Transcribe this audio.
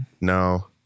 no